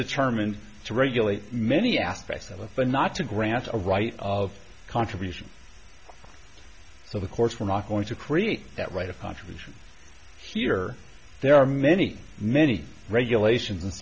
determined to regulate many aspects of it but not to grant a right of contribution so the courts were not going to create that right a contribution here there are many many regulations and